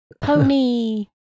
Pony